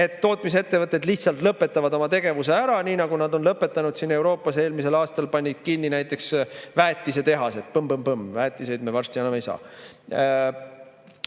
et tootmisettevõtted lihtsalt lõpetavad oma tegevuse ära, nii nagu nad on lõpetanud. Siin Euroopas eelmisel aastal panid end kinni näiteks väetisetehased, põmm-põmm-põmm, ja väetisi me varsti enam ei saa.